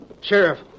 Sheriff